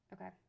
Okay